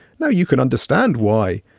now you can understand why,